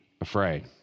afraid